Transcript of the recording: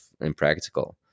impractical